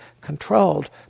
controlled